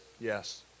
Yes